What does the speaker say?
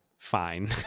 Fine